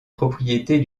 propriétés